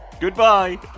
Goodbye